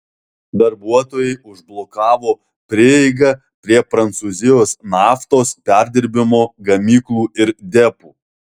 darbuotojai užblokavo prieigą prie prancūzijos naftos perdirbimo gamyklų ir depų